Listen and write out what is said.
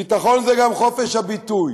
ביטחון זה גם חופש הביטוי,